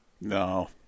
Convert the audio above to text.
No